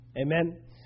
amen